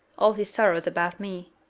all his sorrows about me.